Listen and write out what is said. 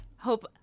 Hope